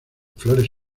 flores